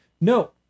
No